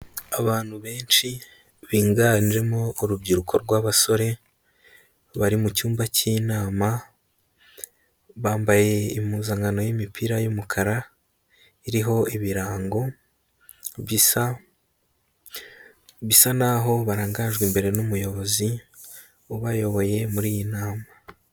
Abantu benshi biganjemo urubyiruko rw'abasore, bari mu cyumba cy'inama, bambaye impuzankano y'imipira y'umukara, iriho ibirango bisa, bisa naho barangajwe imbere n'Umuyobozi ubayoboye muri iyi nama.